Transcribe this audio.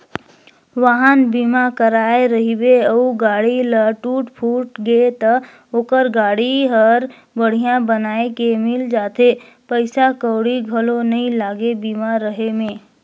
वाहन बीमा कराए रहिबे अउ गाड़ी ल टूट फूट गे त ओखर गाड़ी हर बड़िहा बनाये के मिल जाथे पइसा कउड़ी घलो नइ लागे बीमा रहें में